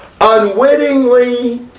unwittingly